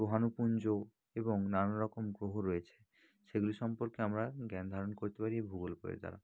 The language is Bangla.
গ্রহাণুপুঞ্জ এবং নানারকম গ্রহ রয়েছে সেগুলি সম্পর্কে আমরা জ্ঞান ধারণ করতে পারি ভূগোল বইয়ের দ্বারা